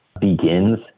begins